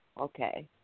okay